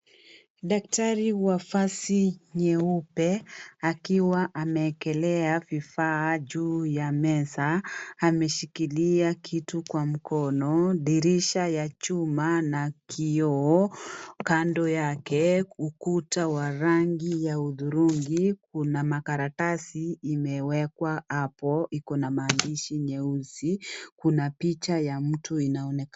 Daktari wa vazi nyeupe. Akiwa ameekelea vifaa juu ya meza. Ameshikilia kitu kwa mkono. Dirisha ya chuma na kioo. Kando yake ukuta wa rangi ya hudhurungi. Kuna makaratasi imewekwa hapo, iko na maandishi nyeusi. Kuna picha ya mtu inaonekana.